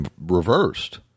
reversed